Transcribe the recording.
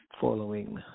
following